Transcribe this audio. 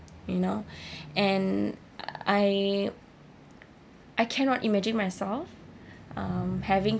you know and I I cannot imagine myself um having